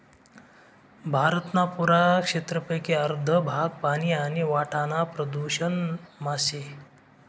भारतना पुरा क्षेत्रपेकी अर्ध भाग पानी आणि वाटाना प्रदूषण मा शे